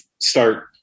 start